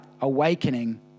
awakening